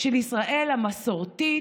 של ישראל המסורתית,